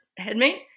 headmate